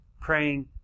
praying